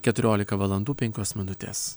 keturiolika valandų penkios minutės